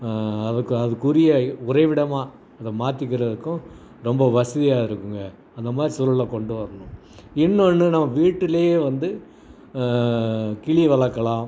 அதுக்கும் அதுக்குரிய உறைவிடமாக அதை மாற்றிக்கறதுக்கும் ரொம்ப வசதியாக இருக்குங்க அந்தமாதிரி சூழலை கொண்டு வரணும் இன்னொன்று நம்ம வீட்டுலேயே வந்து கிளி வளர்க்கலாம்